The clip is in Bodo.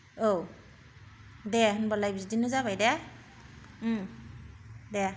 औ दे होनबालाय बिदिनो जाबाय दे ओम दे